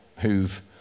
who've